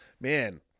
Man